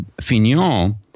Fignon